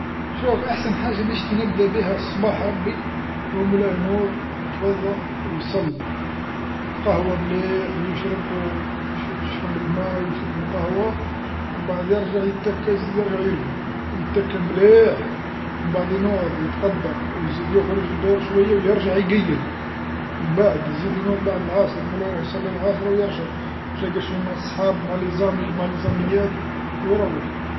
شوف أحسن حاجه نشتي نبدا بيها صباح ربي هو مولاي نوض يتوضى ويصلي، يتقهوى مليح ويشرب يش- يشرب الما ويشرب القهوه، من بعد يرجع يتكا يزيد يرجع يرقد، يتكا مليح، من بعد ينوض يتقدى ويزيد يخرج يدور شويه ويرجع يقيل من بعد يزيد ينوض بعد العصر ملي يروح يصلي العصر ويرجع، يتلاقى شويه مع الصحاب مع الاصدقاء مع ليزاميات ويروح.